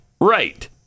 right